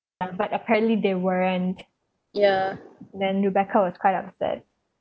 but apparently they weren't then rebecca was quite upset